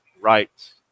right